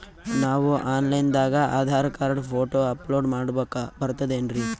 ನಾವು online ದಾಗ Aadhaar card, photo upload ಮಾಡ್ಲಕ ಬರ್ತದೇನ್ರಿ?